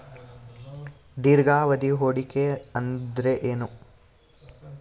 ದೀರ್ಘಾವಧಿ ಹೂಡಿಕೆ ಅಂದ್ರ ಏನು?